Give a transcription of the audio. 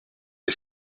des